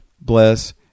bless